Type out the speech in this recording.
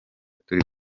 turi